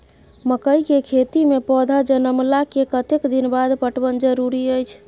मकई के खेती मे पौधा जनमला के कतेक दिन बाद पटवन जरूरी अछि?